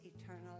eternal